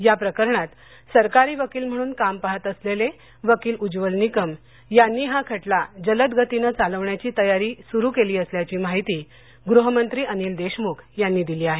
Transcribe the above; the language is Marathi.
या प्रकरणात सरकारी वकील म्हणून काम पहात असलेले वकील उज्वल निकम यांनी हा खटला जलद गतीनं चालवण्याची तयारी सुरु केली असल्याची माहिती गृहमंत्री अनिल देशमुख यांनी दिली आहे